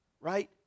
Right